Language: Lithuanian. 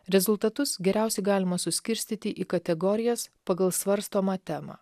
rezultatus geriausiai galima suskirstyti į kategorijas pagal svarstomą temą